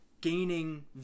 gaining